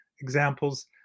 examples